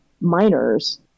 miners